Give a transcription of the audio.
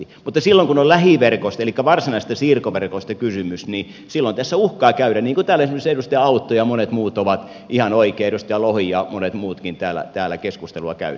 mutta silloin kun on lähiverkoista elikkä varsinaisista siirtoverkoista kysymys tässä uhkaa käydä niin kuin täällä esimerkiksi edustaja autto ja monet muut ovat ihan oikein edustaja lohi ja monet muutkin keskustelua käyneet